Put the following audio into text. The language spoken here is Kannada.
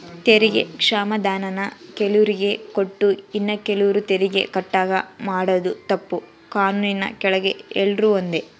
ತೆರಿಗೆ ಕ್ಷಮಾಧಾನಾನ ಕೆಲುವ್ರಿಗೆ ಕೊಟ್ಟು ಇನ್ನ ಕೆಲುವ್ರು ತೆರಿಗೆ ಕಟ್ಟಂಗ ಮಾಡಾದು ತಪ್ಪು, ಕಾನೂನಿನ್ ಕೆಳಗ ಎಲ್ರೂ ಒಂದೇ